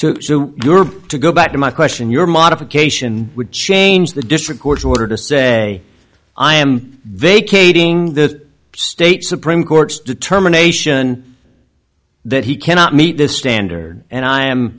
so to go back to my question your modification would change the district court's order to say i am vacating the state supreme court's determination that he cannot meet this standard and i am